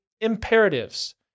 imperatives